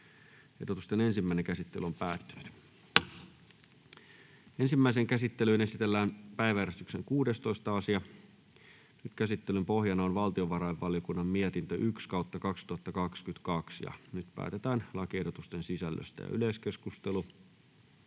1 luvun muuttamisesta Time: N/A Content: Ensimmäiseen käsittelyyn esitellään päiväjärjestyksen 13. asia. Käsittelyn pohjana on talousvaliokunnan mietintö TaVM 3/2022 vp. Nyt päätetään lakiehdotuksen sisällöstä. — Yleiskeskustelu,